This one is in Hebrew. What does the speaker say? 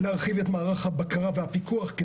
צריך להרחיב את מערך הבקרה והפיקוח,